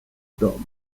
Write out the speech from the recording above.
domu